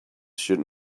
should